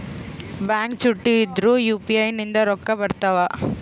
Bank ಚುಟ್ಟಿ ಇದ್ರೂ UPI ನಿಂದ ರೊಕ್ಕ ಬರ್ತಾವಾ?